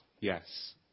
Yes